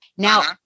Now